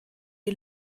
die